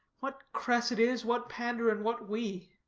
what cressid is, what pandar, and what we?